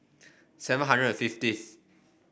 seven hundred and fiftieth